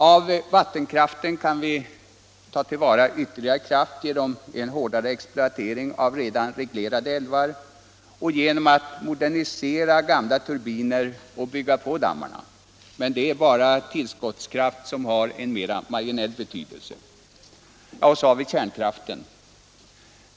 Av vattenkraften kan vi ta till vara ytterligare kraft genom en hårdare exploatering av redan reglerade älvar och genom att modernisera gamla turbiner och bygga på dammar. Men den tillskottskraft som vi får på det sättet är trots allt av marginell betydelse. Så har vi kärnkraften.